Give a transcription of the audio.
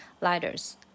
Lighters